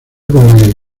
con